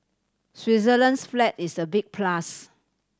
Switzerland's flag is a big plus